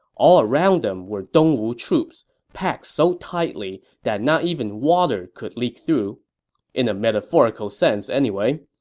all around them were dongwu troops, packed so tightly that not even water could leak through in a metaphorical sense anyway.